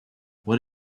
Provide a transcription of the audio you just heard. what